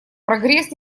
прогресс